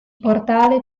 portale